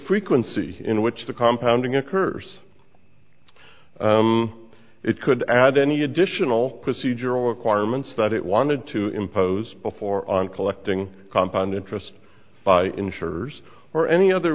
frequency in which the compound occurs it could add any additional procedural requirements that it wanted to impose before on collecting compound interest by insurers or any other